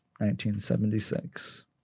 1976